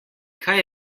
kaj